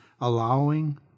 allowing